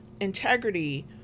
integrity